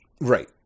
right